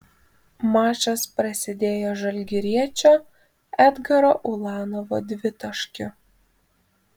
mačas prasidėjo žalgiriečio edgaro ulanovo dvitaškiu